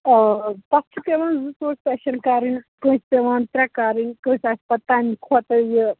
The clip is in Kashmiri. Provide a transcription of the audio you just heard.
آ آ تتھ چھِ پٮ۪وان زٕ ژور سیٚشَن کَرٕنۍ کٲنٛسہِ پٮ۪وان ترٛےٚ کَرٕنۍ کٲنٛسہِ آسہِ پَتہٕ تمہِ کھۄتہٕ یہِ